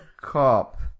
Cop